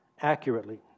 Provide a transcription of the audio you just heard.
accurately